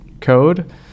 code